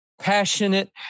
passionate